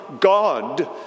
God